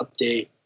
update